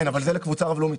כן, אבל זה לקבוצה רב לאומית.